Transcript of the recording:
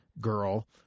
girl